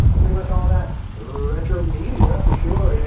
pretty much all of that. retro media, for sure. you know